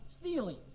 stealing